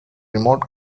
remote